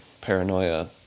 paranoia